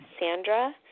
Sandra